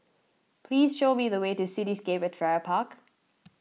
please show me the way to Cityscape at Farrer Park